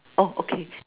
oh okay